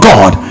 God